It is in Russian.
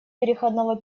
переходного